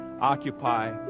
occupy